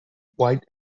white